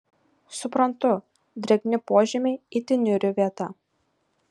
suprantu drėgni požemiai itin niūri vieta